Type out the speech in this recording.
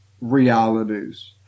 realities